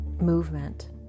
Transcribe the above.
movement